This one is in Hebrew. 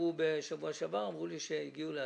בשבוע שעבר אמרו לי שהגיעו להסכמה.